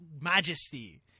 majesty